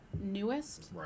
newest